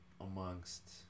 amongst